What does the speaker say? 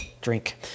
Drink